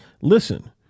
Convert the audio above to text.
listen